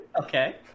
Okay